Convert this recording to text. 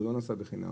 הוא לא נסע בחינם.